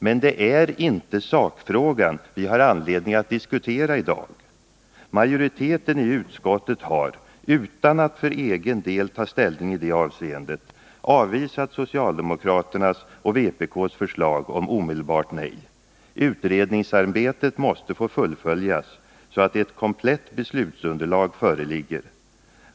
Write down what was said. Men det är inte sakfrågan vi har anledning diskutera i dag. Majoriteten i utskottet har, utan att för egen del ta ställning i det avseendet, avvisat socialdemokraternas och vpk:s förslag om omedelbart nej. Utredningsarbetet måste få fullföljas, så att ett komplett beslutsunderlag föreligger.